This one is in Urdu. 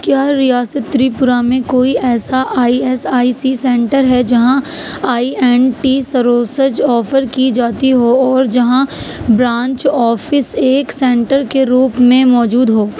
کیا ریاست تریپورہ میں کوئی ایسا I S I C centre ہے جہاں I N T services offer کی جاتی ہوں اور جہاں برانچ آفس ایک سینٹر کے روپ میں موجود ہو